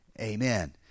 Amen